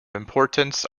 importance